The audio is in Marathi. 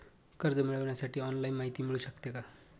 कर्ज मिळविण्यासाठी ऑनलाईन माहिती मिळू शकते का?